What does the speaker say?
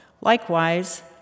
Likewise